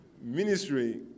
ministry